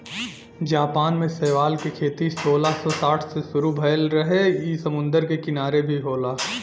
Japan में शैवाल के खेती सोलह सौ साठ से शुरू भयल रहे इ समुंदर के किनारे भी होला